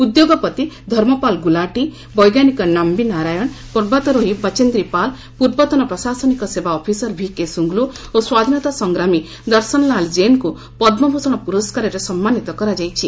ଉଦ୍ୟୋଗପତି ଧର୍ମପାଲ ଗୁଲାଟି ବୈଜ୍ଞାନିକ ନାୟି ନାରାୟଣ ପର୍ବତାରୋହି ବଚେନ୍ଦ୍ରୀ ପାଲ ପ୍ରର୍ବତନ ପ୍ରଶାସନିକ ସେବା ଅଫିସର ଭିକେ ଶୁଙ୍ଗୁଲ୍ ଓ ସ୍ୱାଧୀନତା ସଂଗ୍ରାମୀ ଦର୍ଶନ ଲାଲ ଜେନଙ୍କୁ ପଦ୍ମଭୂଷଣ ପୁରସ୍କାରରେ ସମ୍ମାନୀତ କରାଯାଇଛି